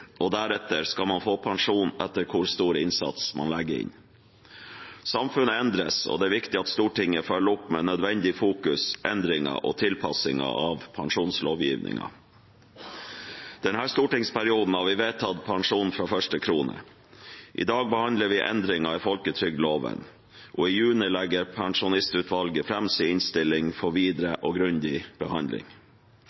og deretter skal man få pensjon etter hvor stor innsats man legger inn. Samfunnet endres, og det er viktig at Stortinget følger opp med nødvendig fokusering, endringer og tilpasninger av pensjonslovgivningen. Denne stortingsperioden har vi vedtatt pensjon fra første krone. I dag behandler vi endringer i folketrygdloven, og i juni legger pensjonsutvalget fram sin innstilling for videre